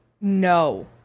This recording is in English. No